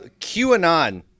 QAnon